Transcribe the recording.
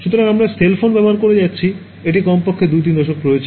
সুতরাং আমরা cell phone ব্যবহার করে যাচ্ছি এটি কমপক্ষে ২ ৩ দশক ধরেও রয়েছে